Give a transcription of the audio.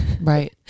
Right